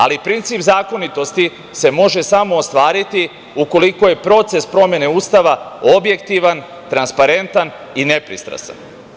Ali, princip zakonitosti se može samo ostvariti ukoliko je proces promene Ustava objektivan, transparentan i nepristrasan.